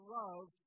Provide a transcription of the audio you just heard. love